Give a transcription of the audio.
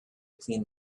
clean